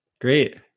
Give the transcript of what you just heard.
Great